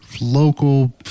local